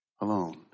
alone